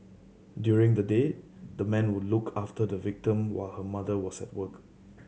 during the day the man would look after the victim while her mother was at work